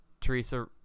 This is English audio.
Teresa